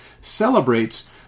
celebrates